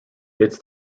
its